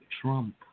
Trump